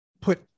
put